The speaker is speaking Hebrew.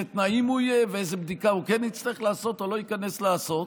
תנאים הוא יהיה ואיזו בדיקה הוא כן יצטרך לעשות או לא יצטרך לעשות,